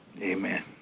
Amen